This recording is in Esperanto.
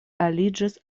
aliĝis